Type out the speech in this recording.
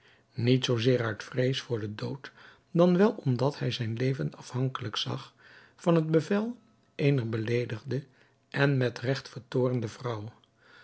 niet zoo zeer uit vrees voor den dood dan wel omdat hij zijn leven afhankelijk zag van het bevel eener beleedigde en met regt vertoornde vrouw